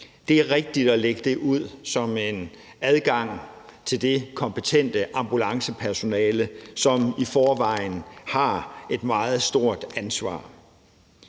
Det er rigtigt at lægge det ud med adgang for det kompetente ambulancepersonale, som i forvejen har et meget stort ansvar.